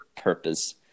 purpose